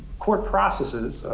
court processes,